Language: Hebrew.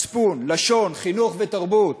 מצפון, לשון, חינוך ותרבות,